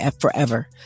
forever